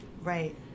Right